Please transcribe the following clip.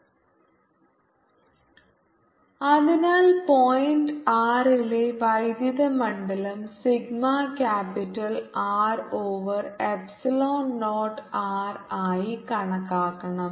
Vr rREdrrRRσ0rdr σR0 lnrrRVrσR0ln Rr അതിനാൽ point r ലെ വൈദ്യുത മണ്ഡലം sigma capital R over epsilon naught r ആയി കണക്കാക്കും